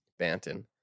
Banton